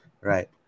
Right